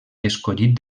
escollit